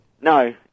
No